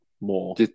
more